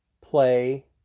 play